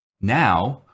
Now